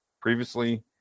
previously